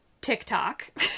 TikTok